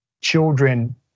Children